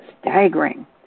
staggering